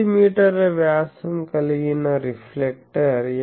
10 మీటర్ల వ్యాసం కలిగిన రిఫ్లెక్టర్ fd0